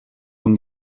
von